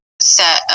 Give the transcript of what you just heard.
set